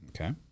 Okay